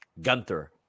Gunther